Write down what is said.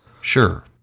sure